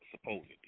supposedly